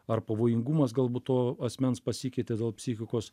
ar pavojingumas galbūt to asmens pasikeitė dėl psichikos